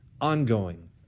ongoing